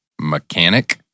mechanic